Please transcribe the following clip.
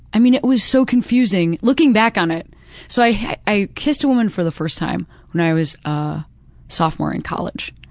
i mean, it was so confusing. looking back on it so i i kissed a woman for the first time when i was a sophomore in college,